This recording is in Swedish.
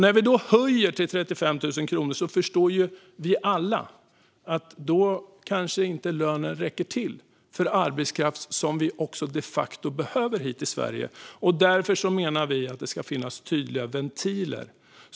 Andra punkten: Vi inser att 35 000 kronor kan vara i högsta laget för en del av den arbetskraftsinvandring vi de facto behöver. Därför menar vi att det ska finnas tydliga ventiler.